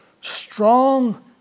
strong